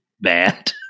bad